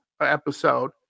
episode